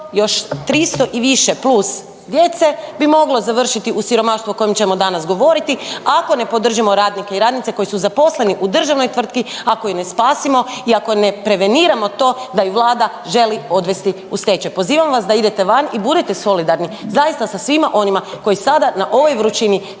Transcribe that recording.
još 300 i više plus djece bi moglo završiti u siromaštvu o kojem ćemo danas govoriti ako ne podržimo radnike i radnice koji su zaposleni u državnoj tvrtki, ako ih ne spasimo i ako ne preveniramo to da ih Vlada želi odvesti u stečaj. Pozivam vas da idete van i budete solidarni zaista sa svima onima koji sada na ovoj vrućini